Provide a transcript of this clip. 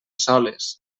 soles